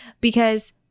because-